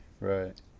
right